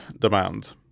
demand